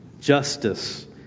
justice